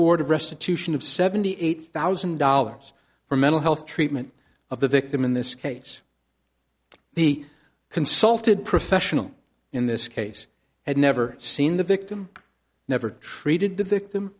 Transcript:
restitution of seventy eight thousand dollars for mental health treatment of the victim in this case the consulted professional in this case had never seen the victim never treated the victim